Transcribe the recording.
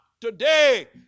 today